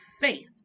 faith